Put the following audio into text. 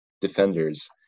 defenders